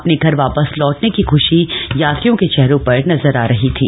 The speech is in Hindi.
अपने घर वापस लौटने की ख्शी यात्रियों के चेहरों पर नजर आ रही थी